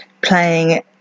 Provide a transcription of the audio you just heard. playing